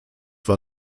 war